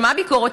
שמע ביקורת,